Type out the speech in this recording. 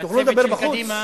אתם מפריעים שם.